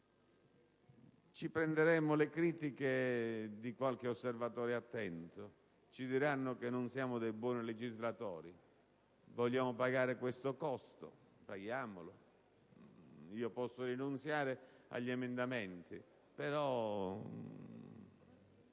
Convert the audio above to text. Ci prenderemo le critiche di qualche osservatore attento; ci diranno che non siamo dei buoni legislatori. Vogliamo pagare questo costo? Paghiamolo, posso rinunziare agli emendamenti; però